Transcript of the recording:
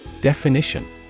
Definition